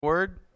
word